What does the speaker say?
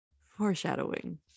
foreshadowing